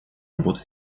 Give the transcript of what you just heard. работы